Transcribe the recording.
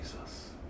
Jesus